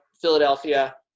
Philadelphia